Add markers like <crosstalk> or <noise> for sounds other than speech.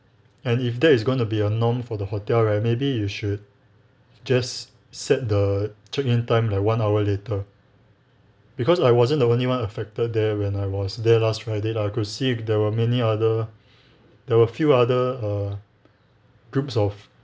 and if that is going to be a norm for the hotel right maybe you should just set the check in time like one hour later because I wasn't the only one affected there when I was there last friday lah I could see there were many other <breath> there were a few other uh groups of